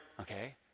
Okay